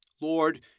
Lord